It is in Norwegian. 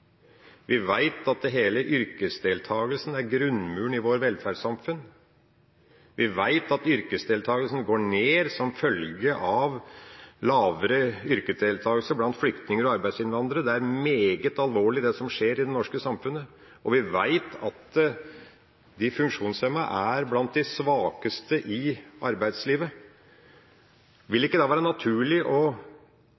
Vi vet at hele yrkesdeltakelsen er grunnmuren i vårt velferdssamfunn. Vi vet at yrkesdeltakelsen går ned som følge av lavere yrkesdeltakelse blant flyktninger og arbeidsinnvandrere. Det er meget alvorlig det som skjer i det norske samfunnet. Vi vet at de funksjonshemmede er blant de svakeste i arbeidslivet. Vil